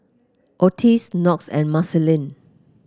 Otis Knox and Marceline